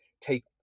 take